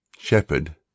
Shepherd